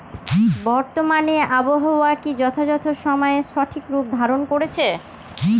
বর্তমানে আবহাওয়া কি যথাযথ সময়ে সঠিক রূপ ধারণ করছে?